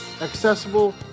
accessible